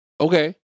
Okay